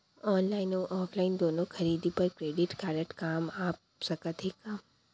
Online अऊ offline दूनो खरीदी बर क्रेडिट कारड काम आप सकत हे का?